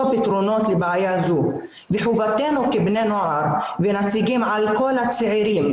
פתרונות לבעיה זו וחובתנו כבני נוער ונציגים של כל הצעירים,